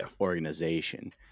organization